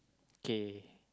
okay